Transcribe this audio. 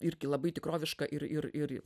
irgi labai tikroviška ir ir